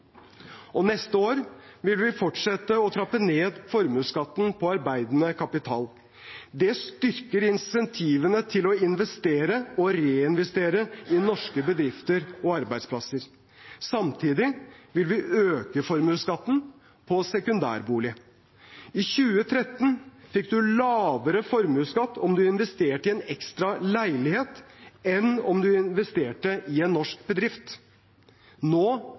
og neste år vil vi fortsette å trappe ned formuesskatten på arbeidende kapital. Det styrker insentivene til å investere og reinvestere i norske bedrifter og arbeidsplasser. Samtidig vil vi øke formuesskatten på sekundærbolig. I 2013 fikk du lavere formuesskatt om du investerte i en ekstra leilighet, enn om du investerte i en norsk bedrift. Nå